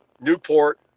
Newport